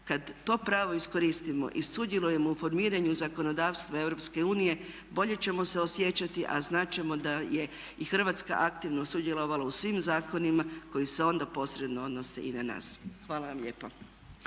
Kad to pravo iskoristimo i sudjelujemo u formiranju zakonodavstva EU bolje ćemo se osjećati, a znat ćemo da je i Hrvatska aktivno sudjelovala u svim zakonima koji se onda posredno odnose i na nas. Hvala vam lijepo.